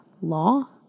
law